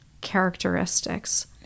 characteristics